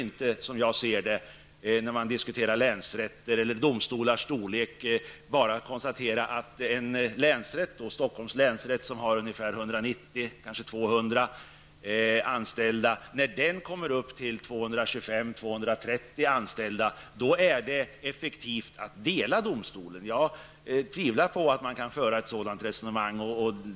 När man diskuterar länsrätters eller domstolars storlek kan man inte, som jag ser, bara konstatera att det t.ex. när Stockholms länsrätt, som nu har ungefär 200 anställda, kommer upp till 225 eller 230 anställda är effektivt att dela domstolen. Jag tvivlar på att man kan föra ett sådant resonemang.